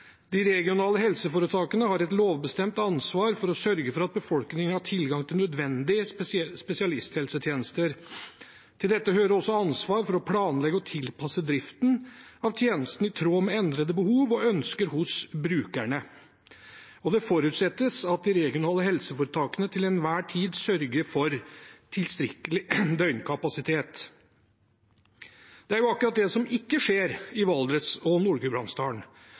De regionale helseforetakene har et lovbestemt ansvar for å sørge for at befolkningen har tilgang til nødvendige spesialisthelsetjenester. Til dette hører også ansvar for å planlegge og tilpasse driften av tjenestene i tråd med endrede behov og ønsker hos brukerne. Det forutsettes at RHF til enhver tid sørger for tilstrekkelig døgnkapasitet.» Det er jo akkurat det som ikke skjer i Valdres og